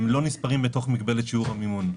הם לא נספרים בתוך מגבלת שיעור המימון,